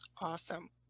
Awesome